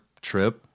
trip